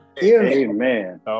Amen